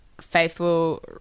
faithful